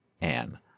Anne